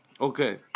Okay